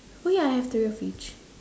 oh ya I have three of each